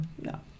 no